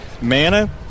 Mana